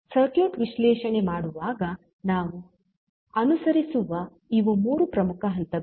circuit ವಿಶ್ಲೇಷಣೆ ಮಾಡುವಾಗ ನಾವು ಅನುಸರಿಸುವ ಇವು ಮೂರು ಪ್ರಮುಖ ಹಂತಗಳು